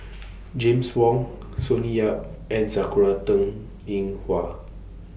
James Wong Sonny Yap and Sakura Teng Ying Hua